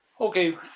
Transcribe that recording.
Okay